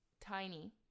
tiny